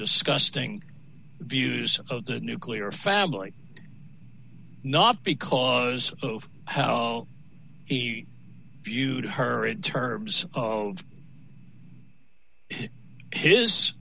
disgusting views of the nuclear family not because of how he viewed her in terms of his